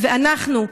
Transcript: ואנחנו,